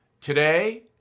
Today